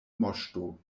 moŝto